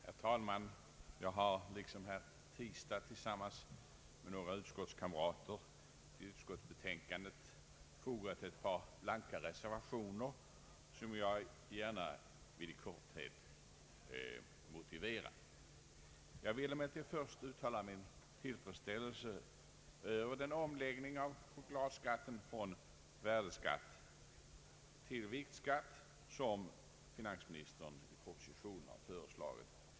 Herr talman! Jag har liksom herr Tistad tillsammans med några andra utskottsledamöter till utskottets betänkande fogat ett par blanka reservationer, som jag gärna i korthet vill motivera. Jag vill emellertid först uttala min tillfredsställelse över den omläggning av varuskatten på choklad från värdeskatt till viktskatt som finansministern i propositionen har föreslagit.